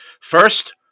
First